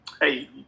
hey